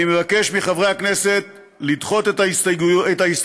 אני מבקש מחברי הכנסת לדחות את ההסתייגות